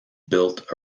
built